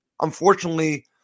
Unfortunately